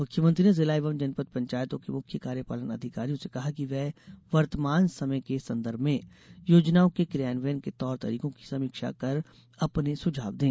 मुख्यमंत्री ने जिला एवं जनपद पंचायतों के मुख्य कार्यपालन अधिकारियों से कहा कि वे वर्तमान समय के संदर्भ में योजनाओं के क्रियान्वयन के तौर तरीकों की समीक्षा कर अपने सुझाव दें